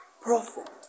prophet